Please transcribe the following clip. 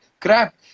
crap